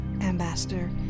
Ambassador